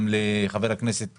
תודה לחבר הכנסת